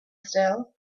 still